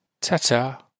Ta-ta